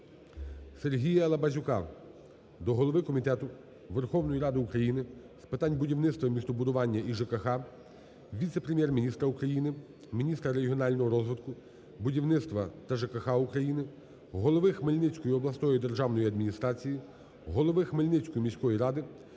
Сергія Лабазюка до голови Комітету Верховної Ради України з питань будівництва, містобудування і ЖКГ, віце-прем'єр-міністра України - міністра регіонального розвитку, будівництва та ЖКГ України, голови Хмельницької обласної державної адміністрації, голови Хмельницької міської ради